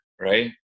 right